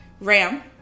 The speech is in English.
Ram